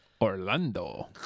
Orlando